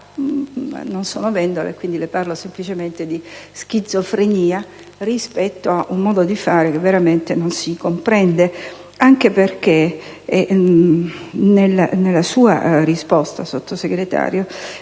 non sono Vendola e quindi parlo semplicemente di schizofrenia, rispetto a un modo di fare che veramente non si comprende. Anche perché nella sua risposta, signora Sottosegretario,